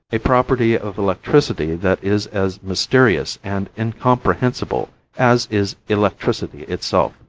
a property of electricity that is as mysterious and incomprehensible as is electricity itself.